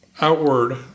outward